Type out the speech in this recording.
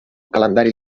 calendari